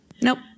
Nope